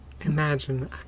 Imagine